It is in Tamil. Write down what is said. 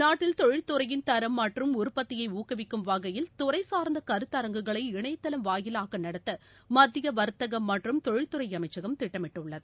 நாட்டில் தொழில் துறையின் தரம் மற்றும் உற்பத்தியைஊக்குவிக்கும் வகையில் துறைசாா்ந்தகருத்தரங்குகளை இணையதளம் வாயிலாகநடத்தமத்தியவர்த்தகம் மற்றும் தொழில்துறைஅமைச்சகம் திட்டமிட்டுள்ளது